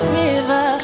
river